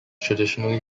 traditionally